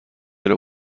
داره